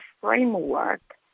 framework